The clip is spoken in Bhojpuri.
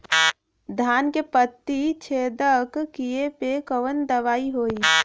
धान के पत्ती छेदक कियेपे कवन दवाई होई?